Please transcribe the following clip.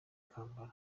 kampala